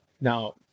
now